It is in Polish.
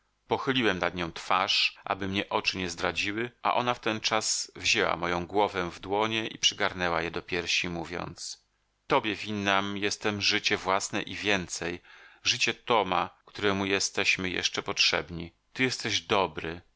pochyliłem nad nią twarz aby mnie oczy nie zdradziły a ona wtenczas wzięła moją głowę w dłonie i przygarnęła ją do piersi mówiąc tobie winna jestem życie własne i więcej życie toma któremu jesteśmy jeszcze potrzebni ty jesteś dobry